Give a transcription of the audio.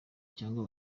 cyangwa